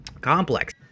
complex